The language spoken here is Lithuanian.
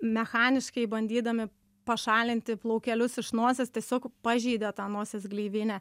mechaniškai bandydami pašalinti plaukelius iš nosies tiesiog pažeidė tą nosies gleivinę